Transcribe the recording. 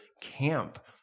camp